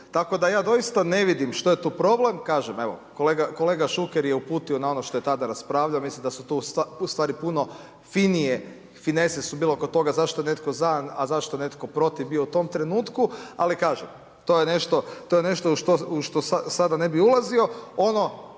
Tako da ja doista ne vidim što je tu problem, kažem evo, kolega Šuker je uputio na ono što je tada raspravljao, mislim da su ti stvari puno finije, finese su bile oko toga zašto je netko za a zašto je netko protiv bio u tom trenutku ali kaže, to je nešto u što sada ne bi ulazio. Ono